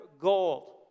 gold